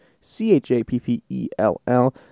C-H-A-P-P-E-L-L